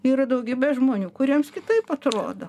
yra daugybė žmonių kuriems kitaip atrodo